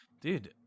Dude